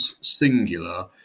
Singular